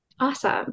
Awesome